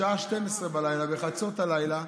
בשעה 24:00,